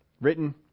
written